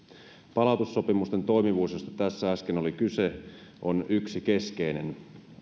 palautussopimusten toimivuus josta tässä äsken oli kyse on yksi keskeinen